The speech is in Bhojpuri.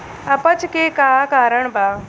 अपच के का कारण बा?